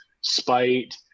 Spite